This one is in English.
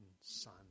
son